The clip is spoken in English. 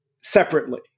separately